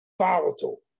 volatile